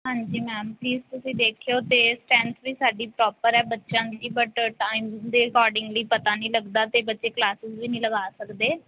ਹਾਂਜੀ ma'am please ਤੁਸੀਂ ਦੇਖਿਓ ਅਤੇ ਸਟੈਂਥ ਵੀ ਸਾਡੀ ਪ੍ਰੋਪਰ ਹੈ ਬੱਚਿਆਂ ਦੀ ਬਟ ਟਾਈਮ ਦੇ ਅਕੋਰਡਿੰਗਲੀ ਪਤਾ ਨਹੀਂ ਲੱਗਦਾ ਅਤੇ ਬੱਚੇ ਕਲਾਸ ਵੀ ਨਹੀਂ ਲਗਾ ਸਕਦੇ